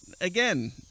Again